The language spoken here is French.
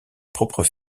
propre